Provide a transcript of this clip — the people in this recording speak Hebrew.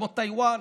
כמו טאיוואן,